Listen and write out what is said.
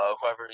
whoever